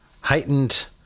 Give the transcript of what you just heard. heightened